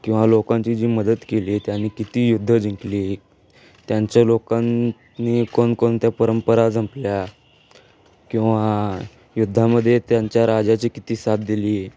किंवा लोकांची जी मदत केली त्यांनी किती युद्ध जिंकली त्यांच्या लोकांनी कोणकोणत्या परंपरा जपल्या किंवा युद्धामध्ये त्यांच्या राजाची किती साथ दिली